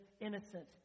innocent